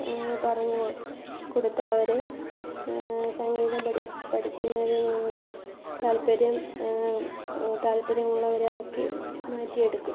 പറഞ്ഞ് കൊടുത്തവരെ സംഗീതം പഠി പഠിക്കുന്നതിനോട് താല്പര്യം താല്പര്യമുള്ളവരാക്കി മാറ്റിയെടുക്കും